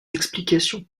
explications